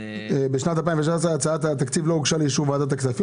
"בשנת 2019 הצעת התקציב לא הוגשה לאישור ועדת הכספים